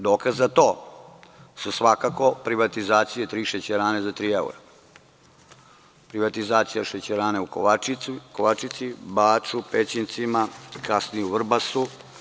Dokaz za to su svakako privatizacije tri šećerane za tri evra, privatizacija šećerane u Kovačici, Baču, Pećincima, kasnije u Vrbasu.